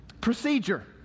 procedure